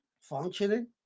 functioning